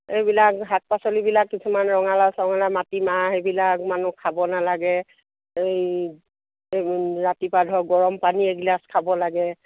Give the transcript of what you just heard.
এইবিলাক শাক পাচলিবিলাক কিছুমান ৰঙালাও চঙালাও মাটিমাহ সেইবিলাক মানুহ খাব নালাগে এই ৰাতিপুৱা ধৰক গৰমপানী এগিলাচ খাব লাগে